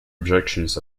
objections